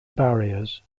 barriers